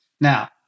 Now